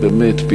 באמת,